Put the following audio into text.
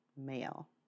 male